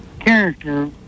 character